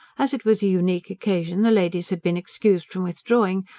as it was a unique occasion the ladies had been excused from withdrawing,